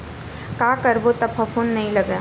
का करबो त फफूंद नहीं लगय?